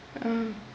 ah